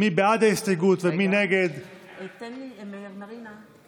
סונדוס סאלח ואימאן ח'טיב יאסין, להלן: